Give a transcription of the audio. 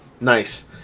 Nice